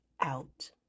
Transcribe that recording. out